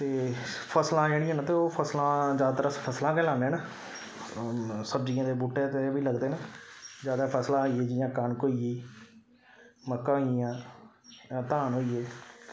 ते फसलां जेह्ड़ियां ने ते ओह् फसलां ज्यादतर अस फसलां गै लान्ने न सब्जियें दे बहूटे ते बी लगदे न ज्यादा फसलां होई गेइयां जियां कनक होई गेई मक्कां होई गेइयां जां धान होई गे